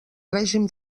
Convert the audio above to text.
règim